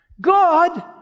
God